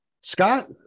Scott